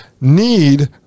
need